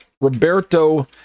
Roberto